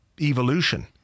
evolution